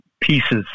pieces